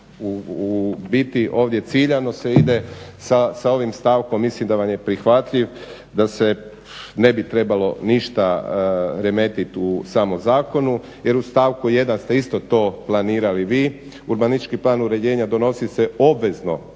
U biti ovdje ciljano se ide sa ovim stavkom, mislim da vam je prihvatljiv, da se ne bi trebalo ništa remetit u samom zakonu jer u stavku 1. ste isto to planirali vi. Urbanistički plan uređenja donosi se obvezno